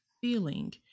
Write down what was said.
feeling